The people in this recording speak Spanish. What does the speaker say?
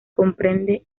comprende